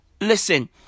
Listen